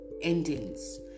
endings